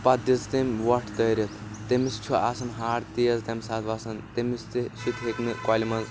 پتہٕ دِژ تٔمۍ وۄٹھ دأرِتھ تٔمِس چھُ آسان ہاٹ تیز تَمہِ ساتہٕ وسان تٔمِس تہِ سُہ تہِ ہیٚکہِ نہٕ کۄلہِ منٛز